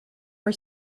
for